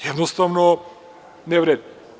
Jednostavno, ne vredi.